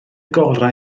gorau